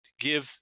give